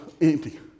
empty